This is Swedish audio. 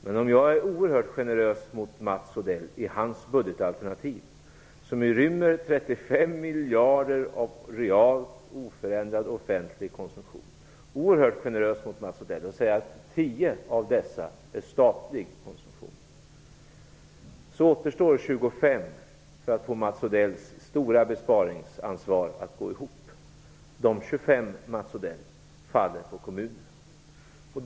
Men om jag är oerhört generös mot Mats Odell när det gäller hans budgetalternativ, som rymmer 35 miljarder av realt oförändrad offentlig konsumtion, och säger att 10 av dessa miljarder är statlig konsumtion, så återstår 25 miljarder för att få Mats Odells stora besparingsansvar att gå ihop. De 25 miljarderna, Mats Odell, faller på kommunerna.